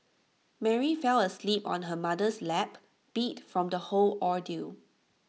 Mary fell asleep on her mother's lap beat from the whole ordeal